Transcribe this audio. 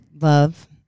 love